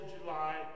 July